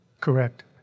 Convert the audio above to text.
Correct